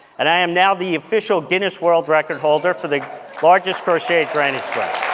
and i am now the official guinness world record holder for the largest crocheted granny square.